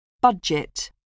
Budget